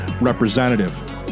representative